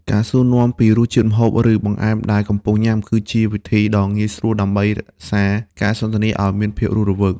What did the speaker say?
ការសួរនាំពីរសជាតិម្ហូប ឬបង្អែមដែលកំពុងញ៉ាំ គឺជាវិធីដ៏ងាយស្រួលដើម្បីរក្សាការសន្ទនាឱ្យមានភាពរស់រវើក។